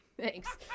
thanks